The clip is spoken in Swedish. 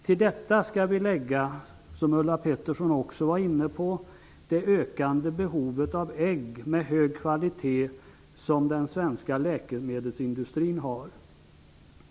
Till detta skall vi lägga den svenska livsmedelsindustrins ökande behov av ägg av hög kvalitet, som också Ulla Pettersson var inne på.